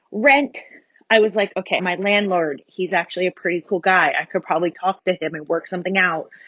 rent i was like, ok, my landlord he's actually a pretty cool guy. i could probably talk to him and work something out.